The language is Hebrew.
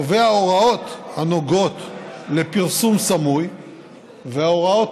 קובע הוראות הנוגעות לפרסום סמוי והוראות